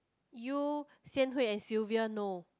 you Xian-Hui and Sylvia know